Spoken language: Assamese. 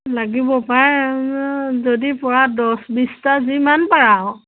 লাগিব পায় যদি পাৰা দছ বিছটা যিমান পাৰা আৰু